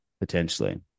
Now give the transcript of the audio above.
potentially